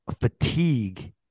fatigue